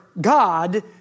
God